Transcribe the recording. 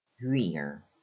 Rear